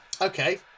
Okay